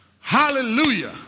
Hallelujah